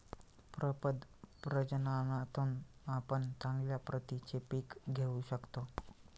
प्रपद प्रजननातून आपण चांगल्या प्रतीची पिके घेऊ शकतो